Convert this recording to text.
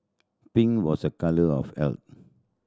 pink was a colour of health